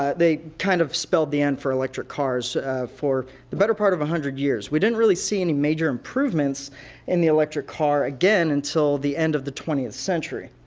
ah they kind of spelled the end for electric cars for the better part of a hundred years. we didn't really see any major improvements in the electric car again until the end of the twentieth century.